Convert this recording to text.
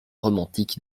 romantique